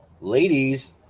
ladies